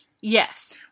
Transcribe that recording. Yes